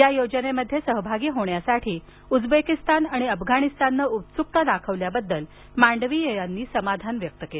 या योजनेमध्ये सहभागी होण्यासाठी उझबेकिस्तान आणि अफगाणीस्ताननं उत्सुकता दाखविल्याबद्दल मांडवीय यांनी समाधान व्यक्त केलं